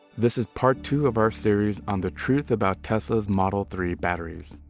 this is part two of our series on the truth about tesla model three batteries.